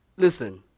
Listen